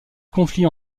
conflits